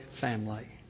family